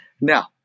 Now